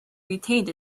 retained